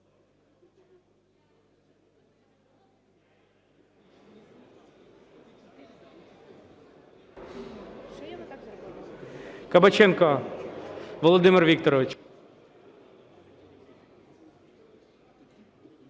Кабаченко Володимир Вікторович.